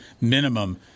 minimum